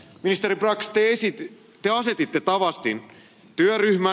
ministeri brax te asetitte tarastin työryhmän